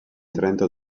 trento